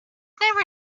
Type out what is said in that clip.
never